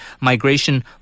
migration